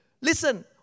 Listen